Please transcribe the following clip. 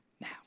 Now